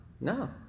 No